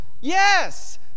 Yes